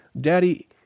Daddy